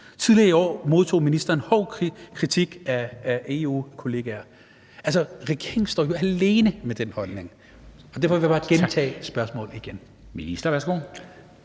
Tidligere i år modtog ministeren hård kritik fra EU-kollegaer. Regeringen står jo alene med den holdning. Derfor vil jeg bare gentage spørgsmålet. Kl.